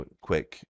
quick